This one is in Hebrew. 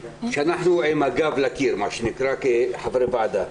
לקיר, כחברי וועדה.